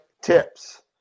tips